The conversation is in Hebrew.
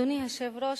אדוני היושב-ראש,